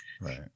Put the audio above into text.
Right